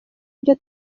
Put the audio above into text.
ibyo